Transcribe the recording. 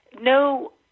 no